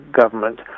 government